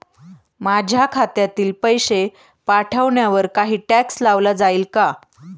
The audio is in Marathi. माझ्या खात्यातील पैसे पाठवण्यावर काही टॅक्स लावला जाईल का?